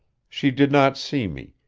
she did not see me,